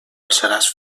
passaràs